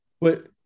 But-